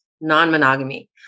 non-monogamy